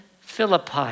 Philippi